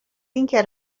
اینکه